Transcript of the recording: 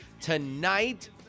tonight